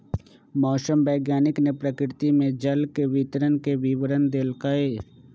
मौसम वैज्ञानिक ने प्रकृति में जल के वितरण के विवरण देल कई